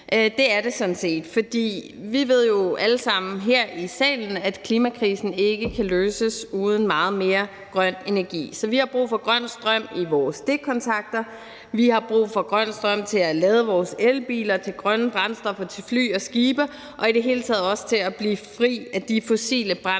det er det sådan set, for vi ved jo alle sammen her i salen, at klimakrisen ikke kan løses uden meget mere grøn energi. Så vi har brug for grøn strøm i vores stikkontakter, vi har brug for grøn strøm til at lade vores elbiler, til grønne brændstoffer til fly og skibe og i det hele taget også til at blive fri af de fossile brændsler,